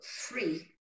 free